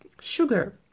sugar